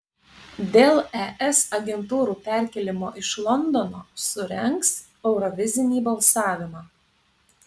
dėl es agentūrų perkėlimo iš londono surengs eurovizinį balsavimą